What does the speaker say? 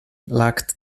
lacked